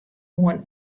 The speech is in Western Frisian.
oan